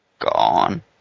Gone